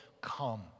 come